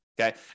Okay